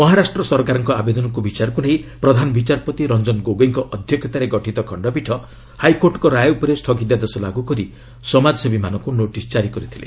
ମହାରାଷ୍ଟ୍ର ସରକାରଙ୍କ ଆବେଦନକୁ ବିଚାରକୁ ନେଇ ପ୍ରଧାନ ବିଚାରପତି ରଞ୍ଜନ ଗୋଗୋଇଙ୍କ ଅଧ୍ୟକ୍ଷତାରେ ଗଠିତ ଖଣ୍ଡପୀଠ ହାଇକୋର୍ଟଙ୍କ ରାୟ ଉପରେ ସ୍ଥଗିତାଦେଶ ଲାଗୁ କରି ସମାଜସେବୀମାନଙ୍କୁ ନୋଟିସ୍ ଜାରି କରିଥିଲେ